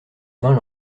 vingt